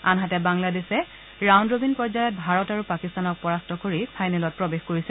আনহাতে বাংলাদেশে round robin পৰ্যায়ত ভাৰত আৰু পাকিস্তানক পৰাস্ত কৰি ফাইনেলত প্ৰৱেশ কৰিছে